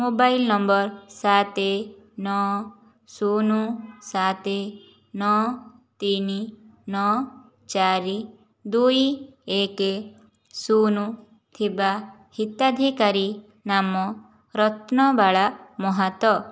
mobile number ସାତ ନଅ ଶୂନ ସାତ ନଅ ତିନି ନଅ ଚାରି ଦୁଇ ଏକ ଶୂନ ଥିବା ହିତାଧିକାରୀ ନାମ ରତ୍ନବାଳା ମହାତ